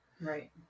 Right